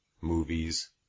movies